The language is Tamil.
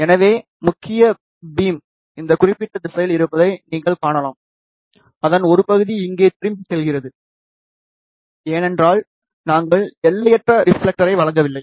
எனவே முக்கிய பீம் இந்த குறிப்பிட்ட திசையில் இருப்பதை நீங்கள் காணலாம் அதன் ஒரு பகுதி இங்கே திரும்பிச் செல்கிறது ஏனென்றால் நாங்கள் எல்லையற்ற ரிப்ஃலெக்டரை வழங்கவில்லை